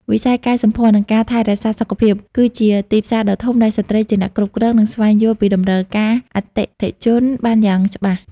វិស័យកែសម្ផស្ស និងការថែរក្សាសុខភាព គឺជាទីផ្សារដ៏ធំដែលស្ត្រីជាអ្នកគ្រប់គ្រង និងស្វែងយល់ពីតម្រូវការអតិថិជនបានយ៉ាងច្បាស់។